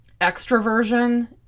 extroversion